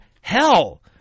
hell